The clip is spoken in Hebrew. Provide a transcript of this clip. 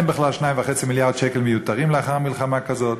אין בכלל 2.5 מיליארד שקל מיותרים לאחר מלחמה כזאת,